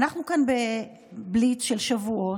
אנחנו פה בבליץ של שבועות